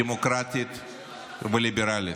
דמוקרטית וליברלית.